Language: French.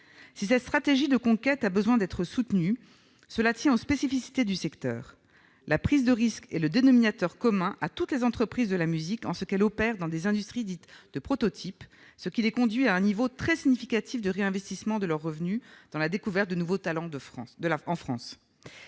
Si cette stratégie de conquête a besoin d'être soutenue, cela tient aux spécificités du secteur. La prise de risque est le dénominateur commun à toutes les entreprises de la musique en ce qu'elles opèrent dans des industries dites de prototype, ce qui les conduit à un niveau très significatif de réinvestissement de leurs revenus dans la découverte de nouveaux talents en France.